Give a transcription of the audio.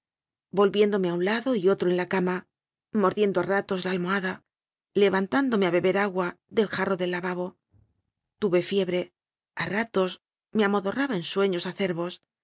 joaquínvolviéndome a un dado y otro en la cama mordiendo a ratos la almohada levantándome a beber agua del jarro del lavabo tuve fiebre a ratos me amodorraba en sueños